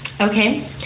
okay